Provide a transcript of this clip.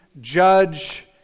judge